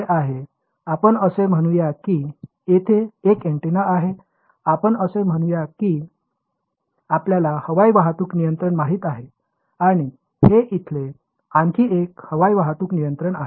आपण असे म्हणू या की येथे एक अँटेना आहे आपण असे म्हणू या की आपल्याला हवाई वाहतूक नियंत्रण माहित आहे आणि हे येथे इथले आणखी एक हवाई वाहतूक नियंत्रण आहे